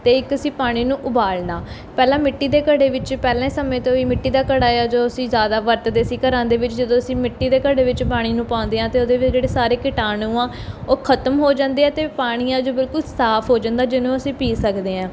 ਅਤੇ ਇੱਕ ਅਸੀਂ ਪਾਣੀ ਨੂੰ ਉਬਾਲਣਾ ਪਹਿਲਾਂ ਮਿੱਟੀ ਦੇ ਘੜੇ ਵਿੱਚ ਪਹਿਲਾਂ ਸਮੇਂ ਤੋਂ ਹੀ ਮਿੱਟੀ ਦਾ ਘੜਾ ਆ ਜੋ ਅਸੀਂ ਜ਼ਿਆਦਾ ਵਰਤਦੇ ਸੀ ਘਰਾਂ ਦੇ ਵਿੱਚ ਜਦੋਂ ਅਸੀਂ ਮਿੱਟੀ ਦੇ ਘੜੇ ਵਿੱਚ ਪਾਣੀ ਨੂੰ ਪਾਉਂਦੇ ਹਾਂ ਅਤੇ ਉਹਦੇ ਦੇ ਜਿਹੜੇ ਸਾਰੇ ਕੀਟਾਣੂ ਆ ਉਹ ਖਤਮ ਹੋ ਜਾਂਦੇ ਆ ਅਤੇ ਪਾਣੀ ਆਂ ਜੋ ਬਿਲਕੁਲ ਸਾਫ ਹੋ ਜਾਂਦਾ ਜਿਹਨੂੰ ਅਸੀਂ ਪੀ ਸਕਦੇ ਹਾਂ